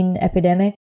epidemic